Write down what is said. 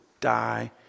die